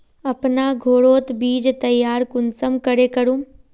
अपना घोरोत बीज तैयार कुंसम करे करूम?